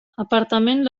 apartaments